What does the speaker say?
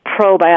probiotics